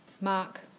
Mark